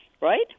right